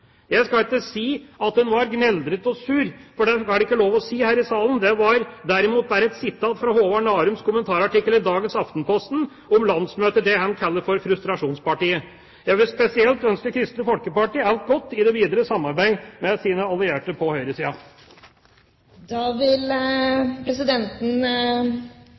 Jeg skal ikke si at hun var gneldrete og sur, for det er det ikke lov å si her i salen. Det var derimot bare et sitat fra Håvard Narums kommentarartikkel i dagens Aftenposten om landsmøtet og det han kaller «frustrasjonspartiet». Jeg vil spesielt ønske Kristelig Folkeparti alt godt i det videre samarbeidet med sine allierte på høyresiden. Da vil presidenten